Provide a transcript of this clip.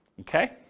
Okay